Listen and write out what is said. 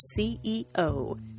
CEO